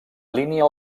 línia